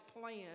plan